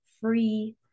free